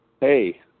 Hey